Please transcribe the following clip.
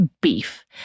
Beef